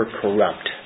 corrupt